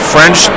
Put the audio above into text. French